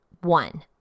One